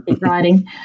writing